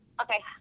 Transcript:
Okay